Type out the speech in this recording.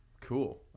cool